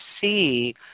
see